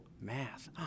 math